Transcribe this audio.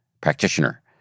practitioner